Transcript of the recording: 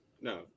No